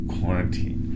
quarantine